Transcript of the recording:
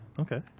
Okay